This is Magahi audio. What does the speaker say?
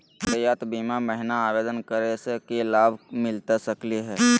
यातायात बीमा महिना आवेदन करै स की लाभ मिलता सकली हे?